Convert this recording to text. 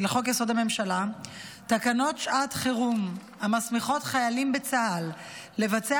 הממשלה תקנות שעת חירום המסמיכות חיילים בצה"ל לבצע